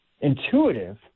intuitive